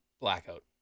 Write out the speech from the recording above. blackout